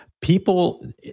People